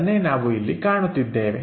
ಅದನ್ನೇ ನಾವು ಇಲ್ಲಿ ಕಾಣುತ್ತಿದ್ದೇವೆ